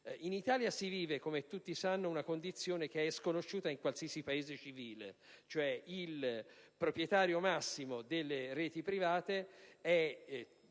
In Italia si vive come tutti sanno una condizione che è sconosciuta in qualsiasi Paese civile: il proprietario massimo delle reti private è